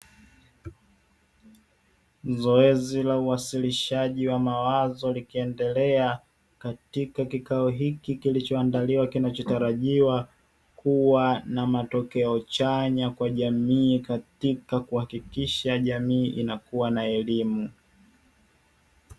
Zoezi la uwasilishaji wa mawazo likiendelea katika kikao hiki kilichoandaliwa, kinachotarajiwa kuwa na matokeo chanya kwa jamii katika kuhakikisha jamii inakuwa na elimu.